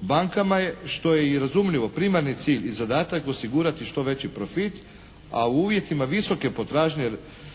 Bankama je što je i razumljivo primarni cilj i zadatak osigurati što veći profit, a u uvjetima visoke potražnje od strane